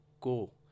go